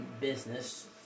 business